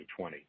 2020